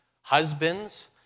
husbands